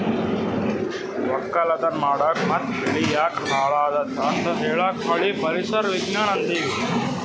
ವಕ್ಕಲತನ್ ಮಾಡಕ್ ಮತ್ತ್ ಬೆಳಿ ಯಾಕ್ ಹಾಳಾದತ್ ಅಂತ್ ಹೇಳಾಕ್ ಕಳಿ ಪರಿಸರ್ ವಿಜ್ಞಾನ್ ಅಂತೀವಿ